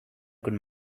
could